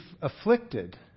afflicted